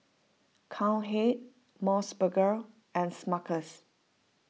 Cowhead Mos Burger and Smuckers